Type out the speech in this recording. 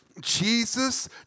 Jesus